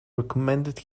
recommended